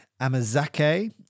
amazake